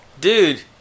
Dude